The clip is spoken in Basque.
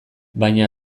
baina